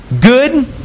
Good